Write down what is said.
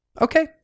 Okay